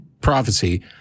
prophecy